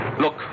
Look